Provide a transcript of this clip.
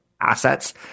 assets